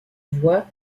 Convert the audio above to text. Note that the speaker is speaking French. voix